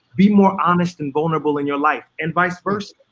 be more honest and vulnerable in your life and vice versa.